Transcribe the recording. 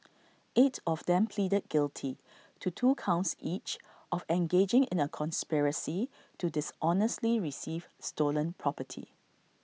eight of them pleaded guilty to two counts each of engaging in A conspiracy to dishonestly receive stolen property